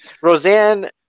Roseanne